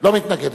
לא מתנגדת?